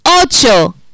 Ocho